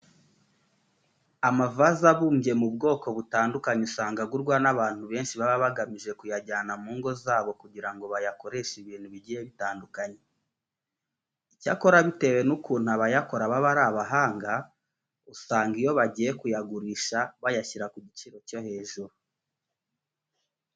Amavaze abumbye mu bwoko butandukanye usanga agurwa n'abantu benshi baba bagamije kuyajyana mu ngo zabo kugira ngo bayakoreshe ibintu bigiye bitandukanye. Icyakora bitewe n'ukuntu abayakora baba ari abahanga, usanga iyo bagiye kuyagurisha bayashyira ku giciro cyo hejuru.